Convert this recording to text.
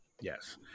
yes